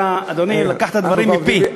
אתה, אדוני, לקחת את הדברים מפי.